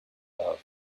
love